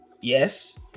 yes